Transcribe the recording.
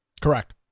Correct